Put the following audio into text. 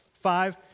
five